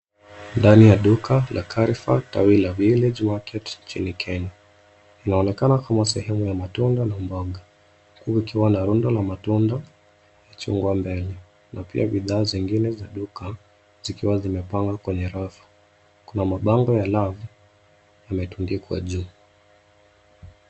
Ndani ya duka la CarreFour tawi la Village Market nchini Kenya. Inaonekana kama sehemu ya matunda na mboga huku kukiwa na rundo la matunda, machungwa mbele na pia bidhaa zengine za duka zikiwa zimepangwa kwenye rafu. Kuna mabango ya love yametundikwa juu.